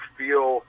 feel